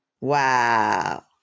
Wow